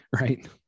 right